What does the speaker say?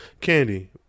Candy